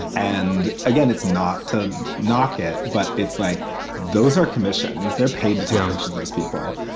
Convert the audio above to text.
and again, it's not to knock it, but it's like those are commissions they're paid to to ah to those people.